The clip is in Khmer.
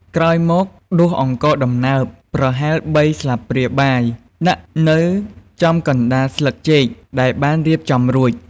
ក្រោយមកដួសអង្ករដំណើបប្រហែលបីស្លាបព្រាបាយដាក់នៅចំកណ្តាលស្លឹកចេកដែលបានរៀបចំរួច។